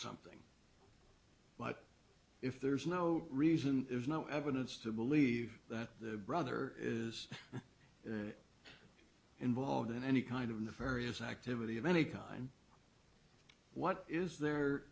something but if there's no reason there's no evidence to believe that the brother is involved in any kind of the various activity of any kind what is there